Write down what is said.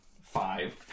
five